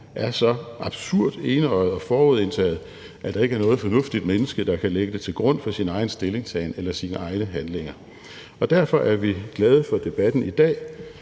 er så absurd, enøjet og forudindtaget, at der ikke er noget fornuftigt menneske, der kan lægge det til grund for sin egen stillingtagen eller sine egne handlinger. Kl. 12:34 Derfor er vi glade for debatten i dag